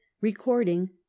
recording